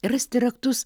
rasti raktus